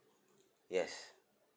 yes